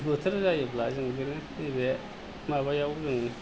बोथोर जायोब्ला जों नैबो माबायाव जों